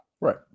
Right